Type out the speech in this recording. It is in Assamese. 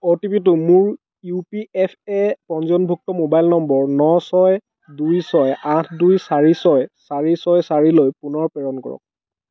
অ'টিপিটো মোৰ ইউ পি এফ এ পঞ্জীয়নভুক্ত ম'বাইল নম্বৰ ন ছয় দুই ছয় আঠ দুই চাৰি ছয় চাৰি ছয় চাৰিলৈ পুনৰ প্ৰেৰণ কৰক